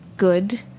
good